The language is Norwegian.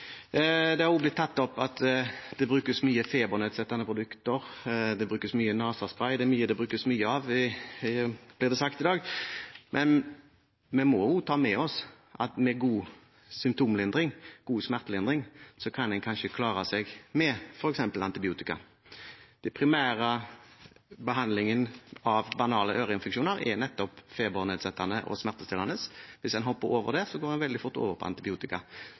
Det er òg blitt tatt opp at det brukes mye febernedsettende produkter, og at det brukes mye nesespray. Det er mye det brukes mye av, blir det sagt i dag. Men vi må òg ta med oss at man med god symptomlindring, god smertelindring, kanskje kan klare seg uten f.eks. antibiotika. Den primære behandlingen av banale øreinfeksjoner er nettopp febernedsettende og smertestillende legemidler. Hvis man hopper over dem, går man veldig fort over på antibiotika,